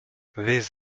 this